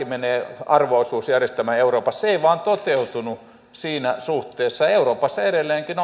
menevät arvo osuusjärjestelmään euroopassa se ei vain toteutunut siinä suhteessa euroopassa edelleenkin